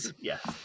Yes